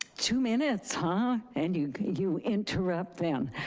two minutes, huh? and you you interrupt them.